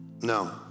no